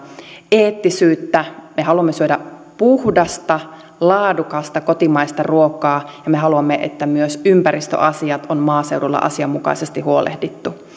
eettisyyttä me haluamme syödä puhdasta laadukasta kotimaista ruokaa ja me haluamme että myös ympäristöasioista on maaseudulla asianmukaisesti huolehdittu